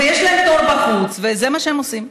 ויש להם תור בחוץ, וזה מה שהם עושים.